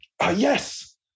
yes